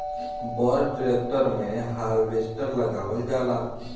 बड़ ट्रेक्टर मे हार्वेस्टर लगावल जाला